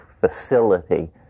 facility